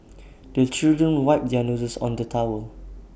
the children wipe their noses on the towel